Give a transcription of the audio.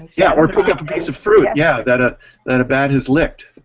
yeah, or pick up a piece of fruit yeah that ah that a bat has licked.